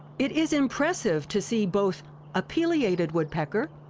it is impressive to see both a pileated woodpecker